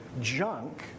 junk